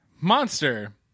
monster